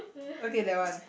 okay that one